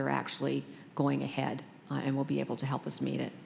they're actually going ahead and will be able to help us meet it